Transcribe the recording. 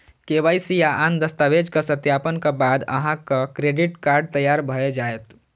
KYC आ आन दस्तावेजक सत्यापनक बाद अहांक क्रेडिट कार्ड तैयार भए जायत